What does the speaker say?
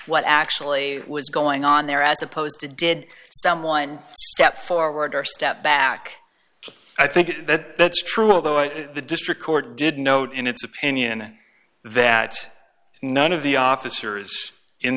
what actually was going on there as opposed to did someone stepped forward or step back i think that that's true although i think the district court did note in its opinion that none of the officers in